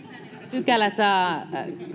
pykälä saa